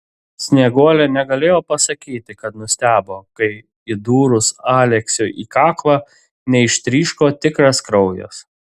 snieguolė negalėjo pasakyti kad nustebo kai įdūrus aleksiui į kaklą neištryško tikras kraujas